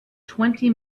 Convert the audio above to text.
twenty